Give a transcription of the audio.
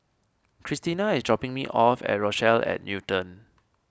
Cristina is dropping me off at Rochelle at Newton